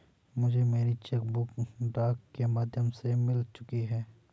मुझे मेरी cheque book डाक के माध्यम से मिल चुकी है